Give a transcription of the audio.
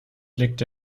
legte